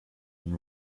and